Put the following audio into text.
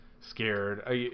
scared